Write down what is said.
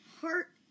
Heart